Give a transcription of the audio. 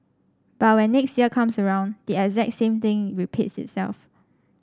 but when next year comes around the exact same thing repeats itself